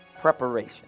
Preparation